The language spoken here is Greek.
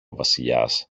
βασιλιάς